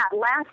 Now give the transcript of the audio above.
Last